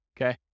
Okay